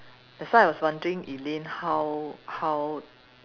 that's why I was wondering Elaine how how